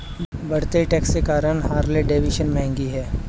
बढ़ते टैक्स के कारण हार्ले डेविडसन महंगी हैं